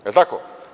Je li tako?